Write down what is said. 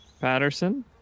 Patterson